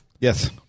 Yes